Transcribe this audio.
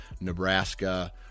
Nebraska